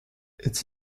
est